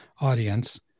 audience